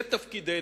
זה תפקידנו,